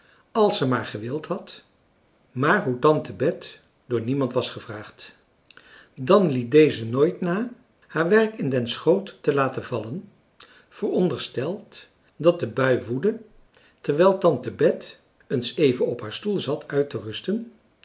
als ze maar gewild had maar hoe tante bet door niemand was gevraagd dan liet deze nooit na haar werk in den schoot te laten vallen verondersteld dat de bui woedde terwijl tante bet eens even op haar stoel zat uit te rusten